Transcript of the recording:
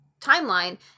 timeline